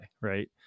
right